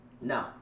No